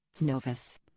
Novus